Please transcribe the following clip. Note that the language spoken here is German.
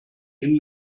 ihnen